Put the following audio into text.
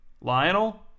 Lionel